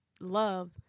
love